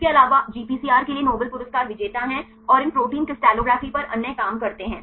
इसके अलावा जीपीसीआर के लिए नोबेल पुरस्कार विजेता हैं और इन प्रोटीन क्रिस्टलोग्राफी पर अन्य काम करते हैं